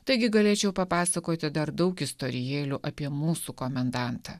taigi galėčiau papasakoti dar daug istorijėlių apie mūsų komendantą